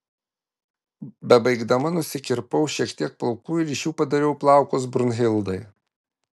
bebaigdama nusikirpau šiek tiek plaukų ir iš jų padariau plaukus brunhildai